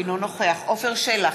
אינו נוכח עפר שלח,